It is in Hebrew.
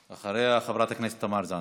אחריה, חברת הכנסת תמר זנדברג.